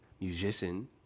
musician